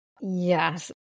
yes